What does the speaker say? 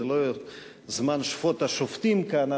זה לא זמן שפוט השופטים כאן,